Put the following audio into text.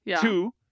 Two